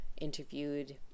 interviewed